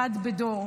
אחד בדור.